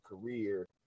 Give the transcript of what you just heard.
career